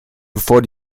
bevor